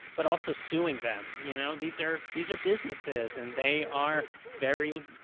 but also suing them. you know these are these are businesses, and they are very,